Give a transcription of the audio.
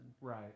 Right